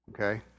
Okay